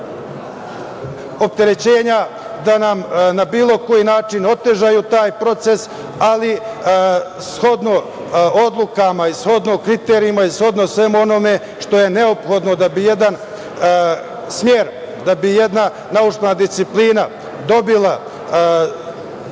da nam na bilo način otežaju taj proces, ali shodno odlukama, shodno kriterijumima i shodno svemu onome što je neophodno da bi jedan smer, da bi jedna naučna disciplina dobila naučni